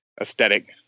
aesthetic